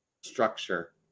structure